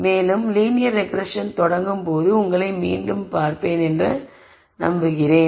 மேலும் linear regression தொடங்கும் போது உங்களை மீண்டும் பார்ப்பேன் என்று நம்புகிறேன்